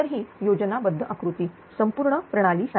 तर ही योजना बद्ध आकृती संपूर्ण प्रणालीसाठी